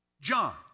John